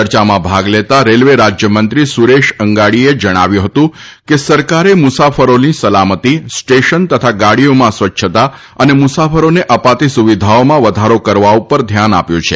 ચર્ચામાં ભાગ લેતા રેલવે રાજ્યમંત્રી સુરેશ અંગાડીએ જણાવ્યું હતું કે સરકારે મુસાફરીની સલામતી સ્ટેશન તથા ગાડીઓમાં સ્વચ્છતા અને મુસાફરોને અપાતી સુવિધાઓમાં વધારો કરવા ઉપર ધ્યાન આપ્યું છે